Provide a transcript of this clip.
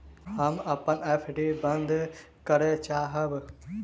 हम अपन एफ.डी बंद करय चाहब